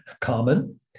common